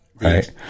Right